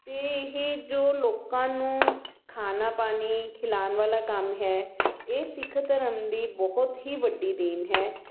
ਅਤੇ ਇਹ ਜੋ ਲੋਕਾਂ ਨੂੰ ਖਾਣਾ ਪਾਣੀ ਖਿਲਾਉਣ ਵਾਲਾ ਕੰਮ ਹੈ ਇਹ ਸਿੱਖ ਧਰਮ ਦੀ ਬਹੁਤ ਹੀ ਵੱਡੀ ਦੇਣ ਹੈ